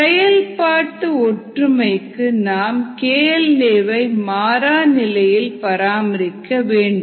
செயல்பாட்டு ஒற்றுமைக்கு நாம் KL aவை மாறா நிலையில் பராமரிக்க வேண்டும்